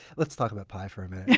let's talk about pie for a minute,